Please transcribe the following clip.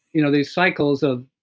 you know these cycles of.